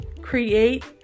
create